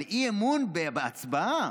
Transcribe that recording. אבל אי-אמון בהצבעה,